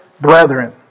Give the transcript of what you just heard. brethren